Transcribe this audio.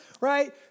right